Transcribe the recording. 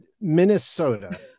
Minnesota